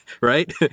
right